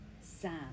Sam